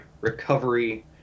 Recovery